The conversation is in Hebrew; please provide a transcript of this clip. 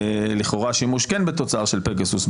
לכאורה כן שימוש בתוצר של פגסוס.